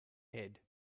head